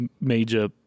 major